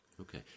Okay